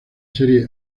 serie